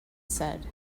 said